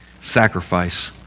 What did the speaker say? sacrifice